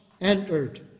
entered